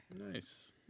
Nice